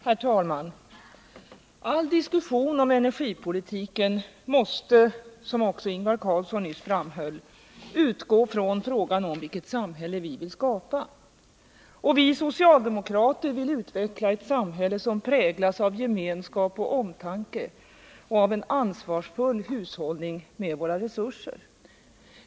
Herr talman! All diskussion om energipolitiken måste utgå från vilket samhälle vi vill skapa, som också Ingvar Carlsson nyss framhöll. Socialdemokratin vill utveckla ett samhälle präglat av gemenskap och omtanke och av en ansvarsfull hushållning med våra resurser.